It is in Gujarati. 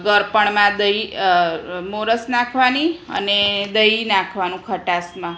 ગળપણમાં દહીં મોરસ નાંખવાની અને દહી નાંખવાનું ખટાસમાં